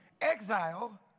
Exile